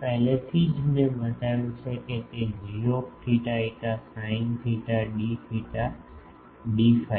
પહેલેથી જ મેં બતાવ્યું છે કે તે gθφ sin theta d theta d phi છે